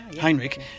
Heinrich